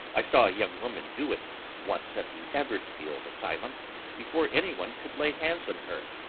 i saw a young woman do it once at the eversfield asylum before anyone could lay hands on her.